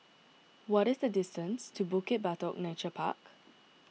what is the distance to Bukit Batok Nature Park